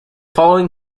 following